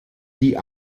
die